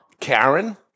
Karen